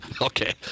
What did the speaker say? Okay